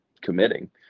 committing